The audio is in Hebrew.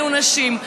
אלו נשים.